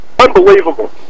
Unbelievable